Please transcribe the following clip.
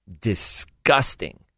disgusting